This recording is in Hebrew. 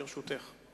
ברשותך.